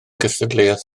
gystadleuaeth